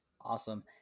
Awesome